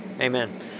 Amen